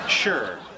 Sure